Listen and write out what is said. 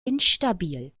instabil